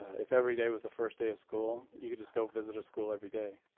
if every day was the first day of school, you could just go visit a school every day.